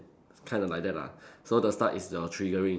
it's kind of like that lah so the start is your triggering